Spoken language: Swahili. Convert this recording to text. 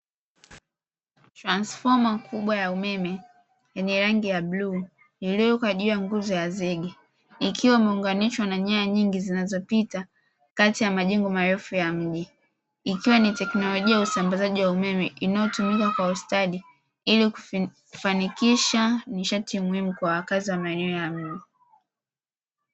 Transfoma kubwa ya umeme yenye rangi ya bluu iliyowekwa juu ya nguzo ya zege ikiwa imeunganishwa na nyaya nyingi zinazopita kati ya majengo marefu ya mji, ikiwa ni teknolojia ya usambazaji wa umeme inayotumika kwa ustadi ili kufanikisha nishati muhimu kwa wakazi wa maeneo ya mji.